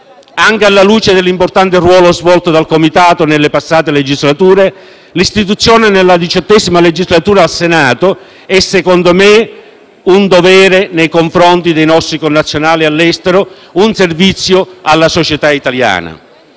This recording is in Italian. Anche alla luce dell'importante ruolo svolto dal Comitato nelle passate legislature, l'istituzione nella XVIII legislatura al Senato è a mio avviso un dovere nei confronti dei nostri connazionali all'estero e un servizio alla società italiana.